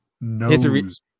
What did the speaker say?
knows